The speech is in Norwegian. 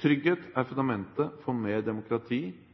Trygghet er fundamentet for mer demokrati